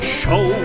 show